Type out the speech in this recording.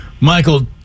Michael